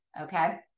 okay